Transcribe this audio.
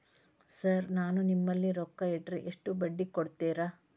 Sir ನಾನು ನಿಮ್ಮಲ್ಲಿ ರೊಕ್ಕ ಇಟ್ಟರ ಎಷ್ಟು ಬಡ್ಡಿ ಕೊಡುತೇರಾ?